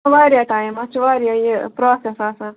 وارِیاہ ٹایم اَتھ چھُ وارِیاہ یہِ پرٛاسیٚس آسان